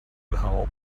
help